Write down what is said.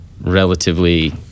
relatively